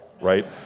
right